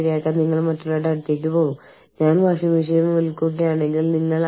കൂടാതെ നിങ്ങൾ അതിനെക്കുറിച്ച് ചിന്തിക്കുമ്പോൾ അത് ശരിക്കും സങ്കീർണ്ണമാണെന്ന് തോന്നാം